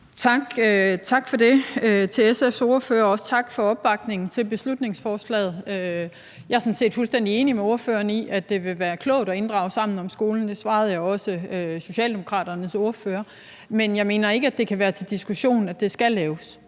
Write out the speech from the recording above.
Tak for det til SF's ordfører, og tak for opbakningen til beslutningsforslaget. Jeg er sådan set fuldstændig enig med ordføreren i, at det vil være klogt at inddrage Sammen om skolen, og det svarede jeg også Socialdemokraternes ordfører. Men jeg mener ikke, det kan være til diskussion, at det skal laves,